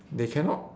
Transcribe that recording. they cannot